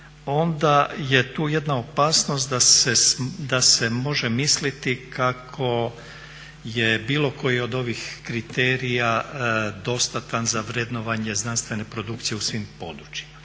onda je tu jedna opasnost da se može misliti kako je bilo koji od ovih kriterija dostatan za vrednovanje znanstvene produkcije u svim područjima.